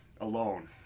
alone